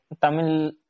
Tamil